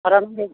भाराखौ होनदों